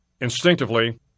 Instinctively